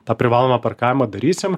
tą privalomą parkavimą darysim